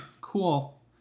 Cool